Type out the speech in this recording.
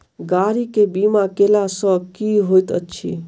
गाड़ी केँ बीमा कैला सँ की होइत अछि?